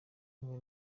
kumwe